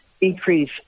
increase